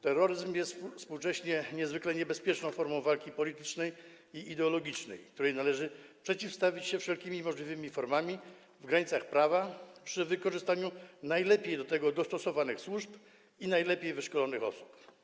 Terroryzm jest współcześnie niezwykle niebezpieczną formą walki politycznej i ideologicznej, której należy przeciwstawić się wszelkimi możliwymi formami w granicach prawa z wykorzystaniem najlepiej do tego dostosowanych służb i najlepiej wyszkolonych osób.